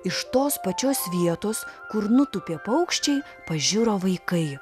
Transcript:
iš tos pačios vietos kur nutūpė paukščiai pažiro vaikai